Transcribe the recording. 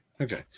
Okay